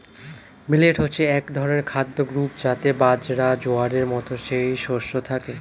millet হচ্ছে এক ধরনের খাদ্য গ্রূপ যাতে বাজরা, জোয়ারের মতো যেই শস্য থাকে